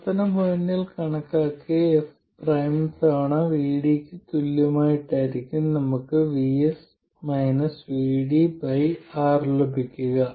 പ്രവർത്തന പോയിന്റിൽ കണക്കാക്കിയ എഫ് പ്രൈം തവണ VDക്ക് തുല്യമായിട്ടായിരിക്കും നമുക്ക് R ലഭിക്കുക